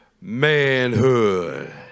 manhood